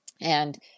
And-